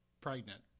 pregnant